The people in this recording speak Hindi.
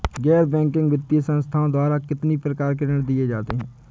गैर बैंकिंग वित्तीय संस्थाओं द्वारा कितनी प्रकार के ऋण दिए जाते हैं?